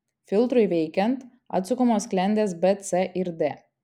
filtrui veikiant atsukamos sklendės b c ir d